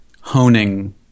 honing